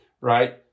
right